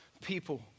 people